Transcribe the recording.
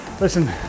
listen